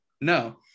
no